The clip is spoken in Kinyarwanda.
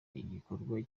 igikorwa